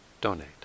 donate